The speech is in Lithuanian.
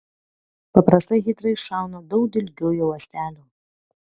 paprastai hidra iššauna daug dilgiųjų ląstelių